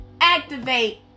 activate